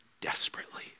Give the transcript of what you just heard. Desperately